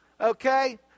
Okay